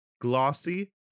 glossy